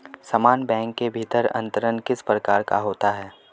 समान बैंक के भीतर अंतरण किस प्रकार का होता है?